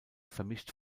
vermischt